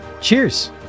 Cheers